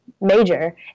major